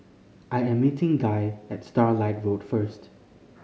I am meeting Guy at Starlight Road first